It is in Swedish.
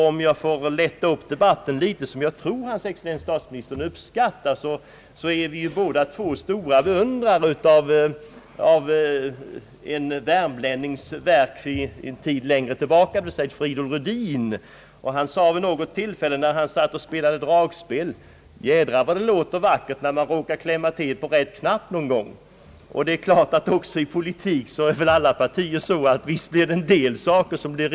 Om jag får lätta upp debatten litet, vilket jag tror hans excellens statsministern uppskattar, vill jag erinra om vad en värmlänning, Fridolf Rhudin, sade när ban satt och spelade dragspel: »Jädrar vad det låter vackert när man råkar klämma till på rätt knapp någon gång!» Det är klart att även inom politiken uträttar alla partier vissa bra saker.